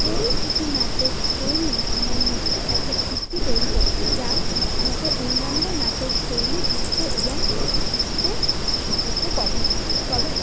এই দুটি নাচের শৈলী আমার মধ্যে একটা ভিত্তি তৈরি করেছে যা আমাকে অন্যান্য নাচের শৈলী বুঝতে এবং শিখতে সাহায্য করে তবে